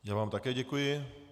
Já vám také děkuji.